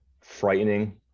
frightening